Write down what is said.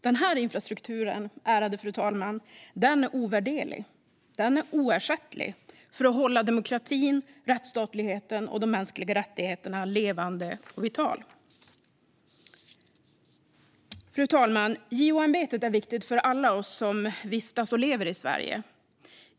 Den här infrastrukturen, ärade fru talman, är ovärderlig och oersättlig för att hålla demokratin, rättsstatligheten och de mänskliga rättigheterna levande och vitala. Fru talman! JO-ämbetet är viktigt för alla oss som visats och lever i Sverige.